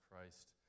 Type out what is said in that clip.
Christ